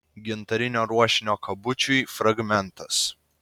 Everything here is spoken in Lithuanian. gintarinio ruošinio kabučiui fragmentas